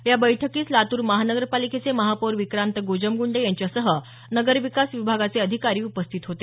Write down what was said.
या बैठकीस लातूर महानगरपालिकेचे महापौर विक्रांत गोजमग्रंडे यांच्यासह नगरविकास विभागाचे अधिकारी उपस्थित होते